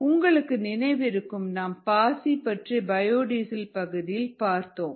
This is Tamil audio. உங்களுக்கு நினைவிருக்கும் நாம் பாசி பற்றி பயோடீசல் பகுதியில் பார்த்தோம்